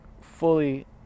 fully